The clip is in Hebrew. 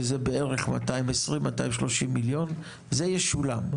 שזה בערך 220-230 מיליון, זה ישולם?